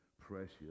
precious